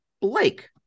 Blake